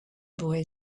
boy